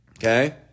Okay